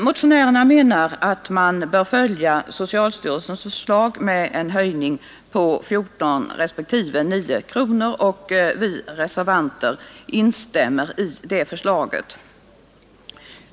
Motionärerna menar att man bör följa socialstyrelsens förslag med en höjning på 14 respektive 9 kronor, och vi reservanter instämmer i det förslaget.